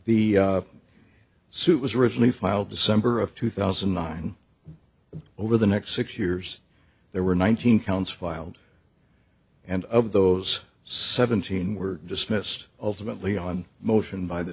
the suit was originally filed december of two thousand and nine but over the next six years there were nineteen counts filed and of those seventeen were dismissed ultimately on motion by the